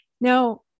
Now